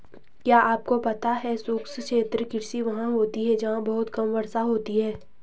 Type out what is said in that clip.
क्या आपको पता है शुष्क क्षेत्र कृषि वहाँ होती है जहाँ बहुत कम वर्षा होती है?